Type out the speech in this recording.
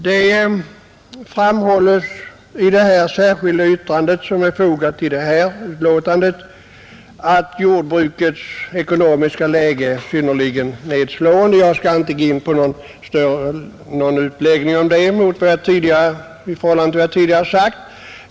Det framhålles i det med 1 betecknade särskilda yttrande som är fogat till utskottsbetänkandet att jordbrukets ekonomiska läge är synnerligen nedslående. Jag skall inte göra någon utläggning om detta utöver vad jag tidigare har sagt.